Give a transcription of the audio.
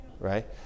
right